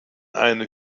eine